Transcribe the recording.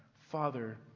Father